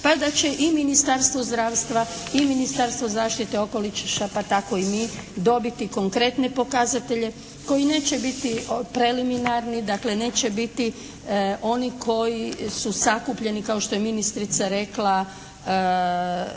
Pa da će i Ministarstvo zdravstva i Ministarstvo zaštite okoliša pa tako i mi dobiti konkretne pokazatelje koji neće biti preliminarni. Dakle neće biti oni koji su sakupljeni kao što je ministrica rekla